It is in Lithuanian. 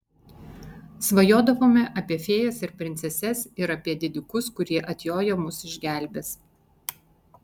svajodavome apie fėjas ir princeses ir apie didikus kurie atjoję mus išgelbės